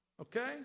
okay